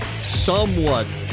somewhat